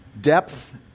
Depth